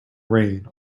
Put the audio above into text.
rain